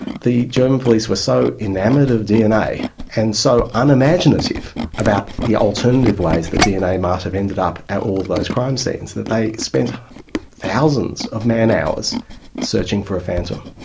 the german police were so enamoured of dna and so unimaginative about the alternative ways that dna might have ended up at all of those crimes seems that they spent thousands of man hours searching for a phantom.